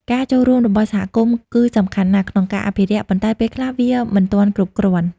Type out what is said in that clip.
ការចូលរួមរបស់សហគមន៍គឺសំខាន់ណាស់ក្នុងការអភិរក្ស ប៉ុន្តែពេលខ្លះវាមិនទាន់គ្រប់គ្រាន់។